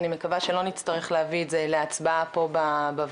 אני מקווה שלא נצטרך להביא את זה לצבעה פה בוועדה